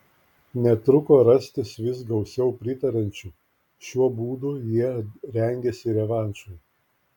netruko rastis vis gausiau pritariančių šiuo būdu jie rengėsi revanšui